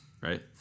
right